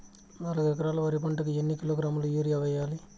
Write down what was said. నాలుగు ఎకరాలు వరి పంటకి ఎన్ని కిలోగ్రాముల యూరియ వేయాలి?